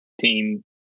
team